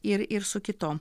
ir ir su kitom